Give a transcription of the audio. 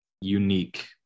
unique